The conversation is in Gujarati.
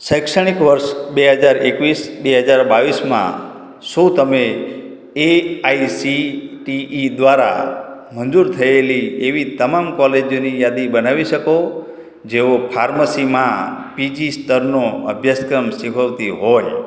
શૈક્ષણિક વર્ષ બે હજાર એકવીસ બે હજાર બાવીસમાં શું તમે A I C T E દ્વારા મંજૂર થયેલી એવી તમામ કોલેજોની યાદી બનાવી શકો જેઓ ફાર્મસીમાં પીજી સ્તરનો અભ્યાસક્રમ શીખવતી હોય